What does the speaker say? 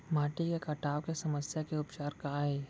माटी के कटाव के समस्या के उपचार काय हे?